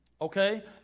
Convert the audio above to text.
Okay